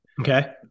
Okay